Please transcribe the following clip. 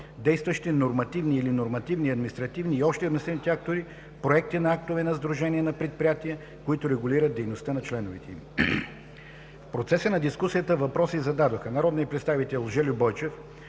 действащи нормативни или нормативни административни и общи административни актове; проекти на актове на сдружения на предприятия, които регулират дейността на членовете им. В процеса на дискусия въпроси зададоха: народният представител Жельо Бойчев,